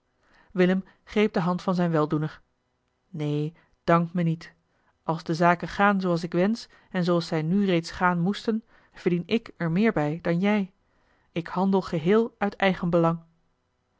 willem greep de hand van zijn weldoener eli heimans willem roda neen dank me niet als de zaken gaan zooals ik wensch en zooals zij nu reeds gaan moesten verdien ik er meer bij dan jij ik handel geheel uit